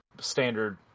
standard